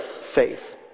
faith